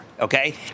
Okay